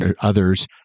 others